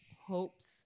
hopes